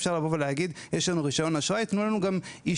אפשר לבוא ולהגיד: "יש לנו רישיון אשראי; תנו לנו גם אישור,